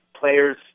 players